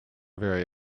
very